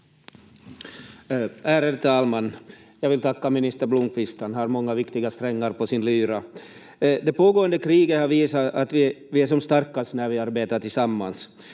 Ärade talman! Jag vill tacka minister Blomqvist. Han har många viktiga strängar på sin lyra. Det pågående kriget har visat att vi är som starkast när vi arbetar tillsammans.